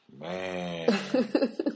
Man